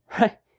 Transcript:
right